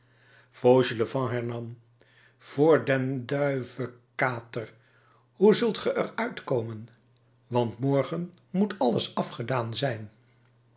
fauchelevent hernam voor den dui vekater hoe zult ge er uit komen want morgen moet alles afgedaan zijn